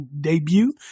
debut